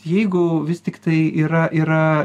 jeigu vis tiktai yra yra